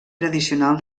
tradicional